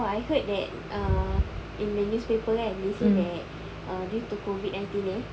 !wah! I heard that uh in the newspaper kan they say that err due to COVID nineteen ni